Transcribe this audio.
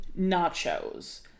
nachos